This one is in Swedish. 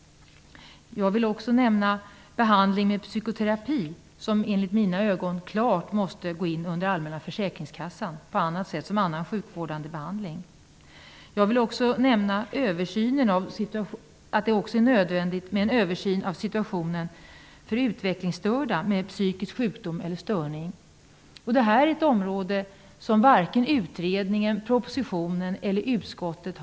Jag vill vidare nämna behandling med psykoterapi, som enligt min mening måste uppfattas som all annan sjukvårdande behandling inom allmänna försäkringskassan. Det är också nödvändigt med en översyn av situationen för utvecklingsstörda med psykisk sjukdom eller störning. Det är ett område som har berörts varken i utredningen, i propositionen eller i utskottet.